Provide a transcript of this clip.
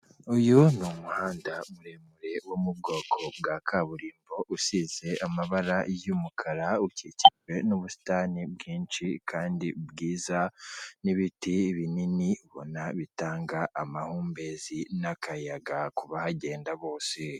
Uyu ni umuhanda muremure wo mu bwoko bwa kaburimbo usize amabara y'umukara, ugiye ukikijwe n'ubusitani bwinshi, kandi bwiza n'ibiti binini ubona bitanga amahumbezi n'akayaga ku bahagenda bose.